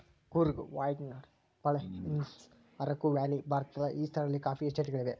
Coorg Wayanad Palani hills Araku valley ಭಾರತದ ಈ ಸ್ಥಳಗಳಲ್ಲಿ ಕಾಫಿ ಎಸ್ಟೇಟ್ ಗಳಿವೆ